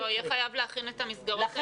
יהיו חייבים להכין את המסגרות האלה.